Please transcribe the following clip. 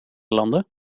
landen